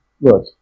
look